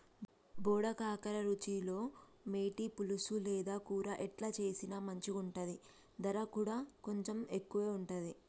బోడ కాకర రుచిలో మేటి, పులుసు లేదా కూర ఎట్లా చేసిన మంచిగుంటది, దర కూడా కొంచెం ఎక్కువే ఉంటది